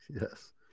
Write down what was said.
Yes